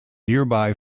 nearby